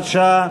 הוראת שעה),